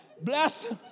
bless